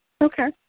Okay